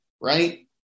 right